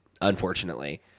unfortunately